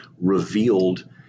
revealed